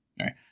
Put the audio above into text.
right